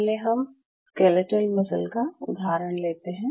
पहले हम skeletal muscle का उदाहरण लेते हैं